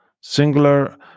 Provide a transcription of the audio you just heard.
Singular